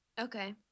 okay